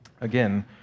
again